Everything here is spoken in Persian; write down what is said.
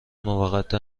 موقتا